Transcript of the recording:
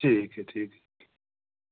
ठीक ऐ ठीक